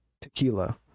tequila